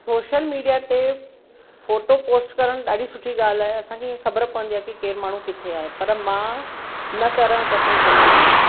social media ते photo post करणु ॾाढी सुठी ॻाल्हि आहे असांखे हीअं ख़बर पवंदी आहे की केर माण्हू किथे आहे पर मां न करणु पसंदि कंदी आहियां